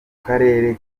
karere